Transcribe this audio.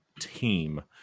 team